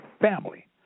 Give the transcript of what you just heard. family